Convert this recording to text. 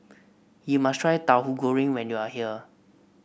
you must try Tauhu Goreng when you are here